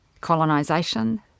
colonisation